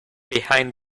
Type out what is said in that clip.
behind